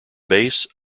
base